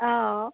অঁ